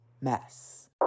mess